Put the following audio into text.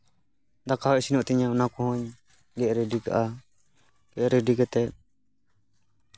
ᱫᱟᱠᱟ ᱤᱥᱤᱱᱚᱜ ᱛᱤᱧᱟ ᱚᱱᱟ ᱠᱚᱦᱚᱸᱧ ᱜᱮᱫ ᱨᱮᱰᱤ ᱠᱟᱜᱼᱟ ᱜᱮᱫ ᱨᱮᱰᱤ ᱠᱟᱛᱮᱫ